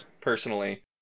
personally